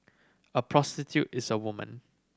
a prostitute is a woman